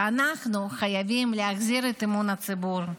ואנחנו חייבים להחזיר את אמון הציבור,